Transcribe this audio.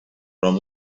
from